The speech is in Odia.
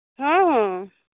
ହଁ ହଁ